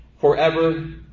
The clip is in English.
forever